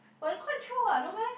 but it quite chio what no meh